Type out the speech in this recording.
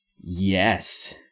yes